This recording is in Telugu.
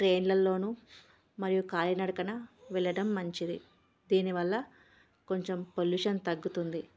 ట్రైన్లల్లోనూ మరియు కాలి నడకన వెళ్ళడం మంచిది దీనివల్ల కొంచెం పొల్యూషన్ తగ్గుతుంది